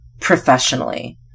professionally